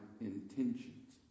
intentions